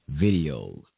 videos